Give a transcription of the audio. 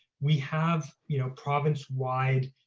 we have, you know, province-wide